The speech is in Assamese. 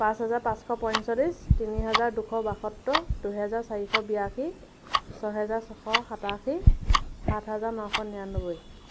পাঁচ হাজাৰ পাঁচশ পঞ্চলিছ তিনি হাজাৰ দুশ বাসত্তৰ দুহাজাৰ চাৰিশ বিয়াশী ছহেজাৰ ছশ সাতাশী সাত হাজাৰ নশ নিয়ানব্বৈ